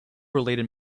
related